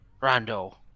Rondo